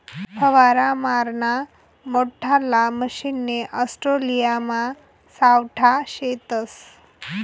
फवारा माराना मोठल्ला मशने ऑस्ट्रेलियामा सावठा शेतस